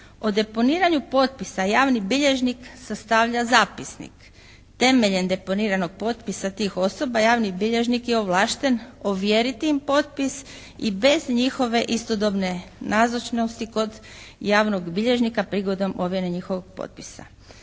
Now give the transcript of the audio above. O deponiranju potpisa javni bilježnik sastavlja zapisnik. Temeljem deponiranog potpisa tih osoba javni bilježnik je ovlašten ovjeriti im potpis i bez njihove istodobne nazočnosti kod javnog bilježnika prigodom ovjere njihovog potpisa.